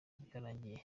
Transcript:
byararangiye